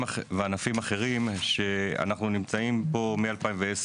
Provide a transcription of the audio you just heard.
וענפים אחרים שאנחנו נמצאים פה מ-2010